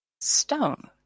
stone